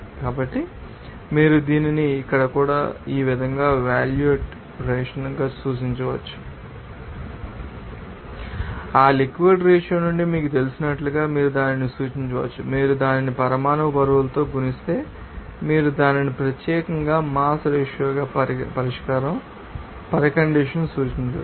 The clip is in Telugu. కాబట్టి మీరు దీనిని ఇక్కడ కూడా ఈ విధంగా వాల్యూమ్ రేషియోగా సూచించవచ్చు మరియు ఇక్కడ మరియు ఆ లిక్విడ్ ్యరాశి రేషియో నుండి మీకు తెలిసినట్లుగా మీరు దానిని సూచించవచ్చు మీరు దానిని పరమాణు బరువుతో గుణిస్తే మీరు దానిని ప్రత్యేకంగా మాస్ రేషియోగా పరిష్కారం పరికండీషన్ ni సూచించవచ్చు